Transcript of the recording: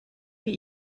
wie